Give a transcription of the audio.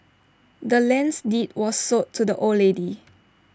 the land's deed was sold to the old lady